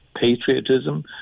patriotism